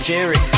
Jerry